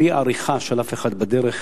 בלי עריכה של אף אחד בדרך,